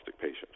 patient